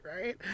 right